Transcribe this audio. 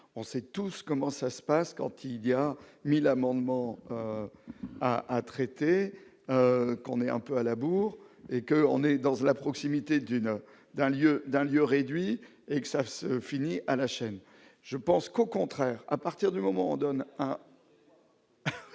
on sait tous comment ça se passe quand il y a 1000 amendements à traiter qu'on est un peu à la bourre, et que on est dans la proximité du d'un lieu d'un lieu réduit et que ça se finit à la chaîne, je pense qu'au contraire, à partir du moment donne un.